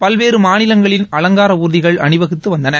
பல்வேறு மாநிலங்களின் அவஙகாரணர்திகள் அணிவகுத்து வந்தன